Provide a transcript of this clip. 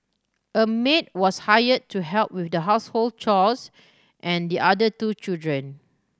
a maid was hired to help with the household chores and the other two children